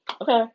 okay